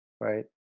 right